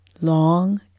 long